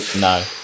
No